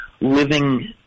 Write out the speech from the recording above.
living